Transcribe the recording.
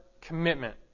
commitment